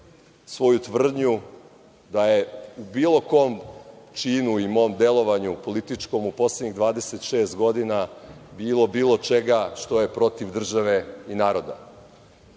svoju tvrdnju da je u bilo kom činu ili mom delovanju političkom u poslednjih 26 godina bilo bilo čega što je protiv države i naroda.